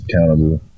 accountable